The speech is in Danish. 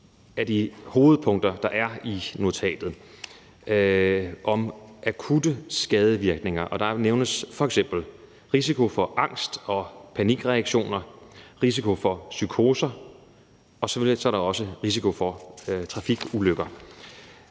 af hovedpunkterne i notatet. Om akutte skadevirkninger nævnes f.eks., at der er risiko for angst og panikreaktioner, risiko for psykoser, og så er der også risiko for trafikulykker.